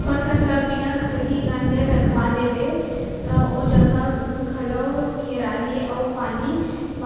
फसल ल बिना खरही गांजे रखा देबे तौ जघा घलौ घेराही अउ पानी